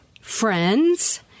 friends—